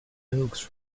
oaks